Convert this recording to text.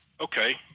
okay